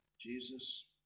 Jesus